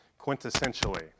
quintessentially